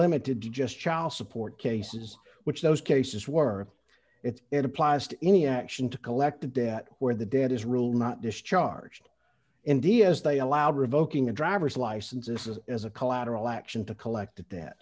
limited to just child support cases which those cases were it it applies to any action to collect a debt where the debt is ruled not discharged india as they allowed revoking a driver's license is as a collateral action to collect a debt